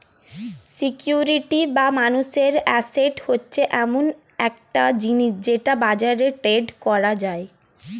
security বা মানুষের asset হচ্ছে এমন একটা জিনিস যেটা বাজারে ট্রেড করা যায়